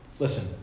Listen